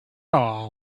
all